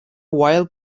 while